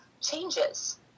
changes